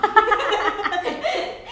err did you off the light when you see